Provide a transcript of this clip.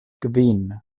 kvin